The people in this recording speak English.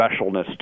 specialness